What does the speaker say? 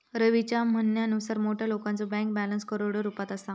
रवीच्या म्हणण्यानुसार मोठ्या लोकांचो बँक बॅलन्स करोडो रुपयात असा